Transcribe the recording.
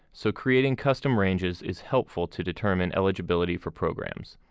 so creating custom ranges is helpful to determine eligibility for programs.